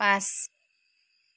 পাঁচ